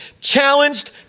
Challenged